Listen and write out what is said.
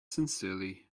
sincerely